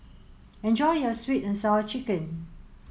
enjoy your sweet and sour chicken